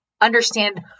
understand